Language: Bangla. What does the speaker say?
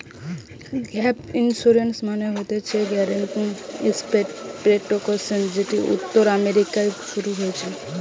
গ্যাপ ইন্সুরেন্স মানে হতিছে গ্যারান্টিড এসেট প্রটেকশন যেটি উত্তর আমেরিকায় শুরু হতেছিলো